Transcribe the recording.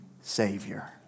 Savior